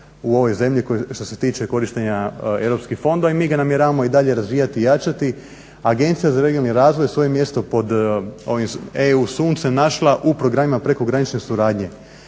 u ovoj zemlji što se tiče korištenja europskih fondova i mi ga namjeravamo i dalje razvijati i jačati. Agencija za regionalni razvoj svoje mjesto pod ovim EU suncem našla je u programima prekogranične suradnje.